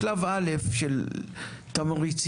בשלב א' של תמריצים,